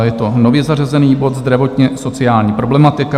Je to nově zařazený bod Zdravotněsociální problematika.